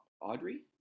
Audrey